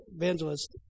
evangelist